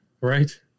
right